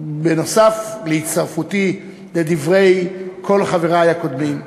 בנוסף להצטרפותי לדברי כל חברי הקודמים,